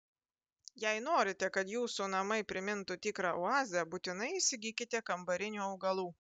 jei norite kad jūsų namai primintų tikrą oazę būtinai įsigykite kambarinių augalų